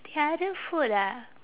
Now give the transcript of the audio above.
the other food ah